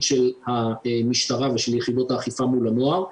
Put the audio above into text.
של המשטרה ושל יחידות האכיפה מול הנוער,